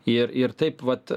ir ir taip vat